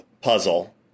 puzzle